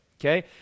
okay